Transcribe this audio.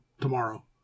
tomorrow